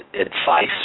advice